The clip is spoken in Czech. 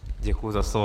Děkuji za slovo.